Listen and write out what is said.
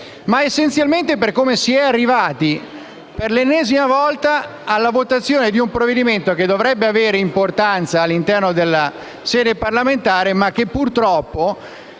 ma essenzialmente per come si è arrivati per l'ennesima volta alla votazione di un provvedimento che dovrebbe avere importanza all'interno della sede parlamentare, ma che purtroppo,